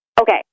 okay